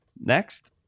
Next